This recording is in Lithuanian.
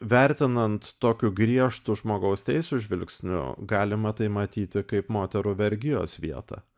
vertinant tokiu griežtu žmogaus teisių žvilgsniu galima tai matyti kaip moterų vergijos vietą